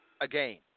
again